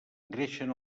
engreixen